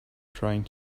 trying